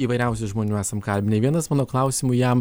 įvairiausių žmonių esam kalbinę vienas mano klausimų jam